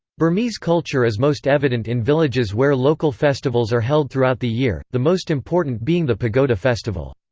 burmese culture is most evident in villages where local festivals are held throughout the year, the most important being the pagoda festival.